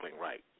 Right